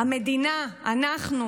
המדינה, אנחנו,